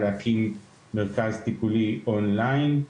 להקים מרכז טיפולי און ליין,